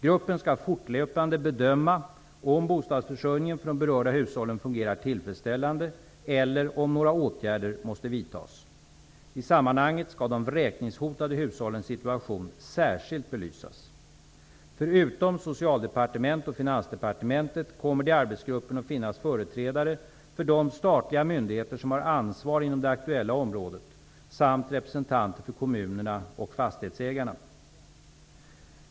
Gruppen skall fortlöpande bedöma om bostadsförsörjningen för de berörda hushållen fungerar tillfredsställande eller om några åtgärder måste vidtas. I sammanhanget skall de vräkningshotade hushållens situation särskilt belysas. Förutom Socialdepartementet och Finansdepartementet kommer det i arbetsgruppen att finnas företrädare för de statliga myndigheter som har ansvar inom det aktuella området samt representanter för kommunerna och fastighetsägarna.